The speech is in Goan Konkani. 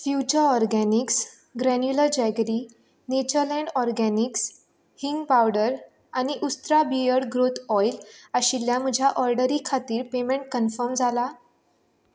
future organics granular jaggery Naturland organics हींग पावडर आनी उस्त्रा बियर्ड ग्रोथ ऑयल आशिल्ल्या म्हज्या ऑर्डरी खातीर पेमॅंट कन्फर्म जालां